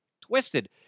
Twisted